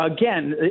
Again